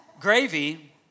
Gravy